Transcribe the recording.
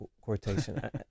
quotation